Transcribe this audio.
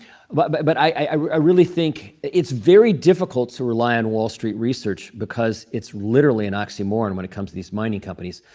but but but i ah really think it's very difficult to rely on wall street research because it's literally an oxymoron when it comes to these mining companies.